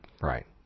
Right